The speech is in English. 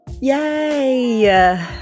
yay